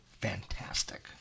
fantastic